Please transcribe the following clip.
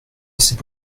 c’est